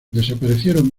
desaparecieron